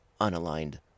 unaligned